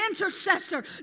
intercessor